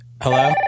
Hello